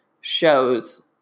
shows